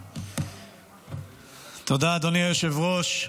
תודה, אדוני היושב-ראש.